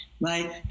right